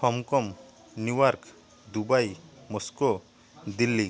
Hong Kong New York Dubai Moscow Delhi